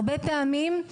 הרבה פעמים,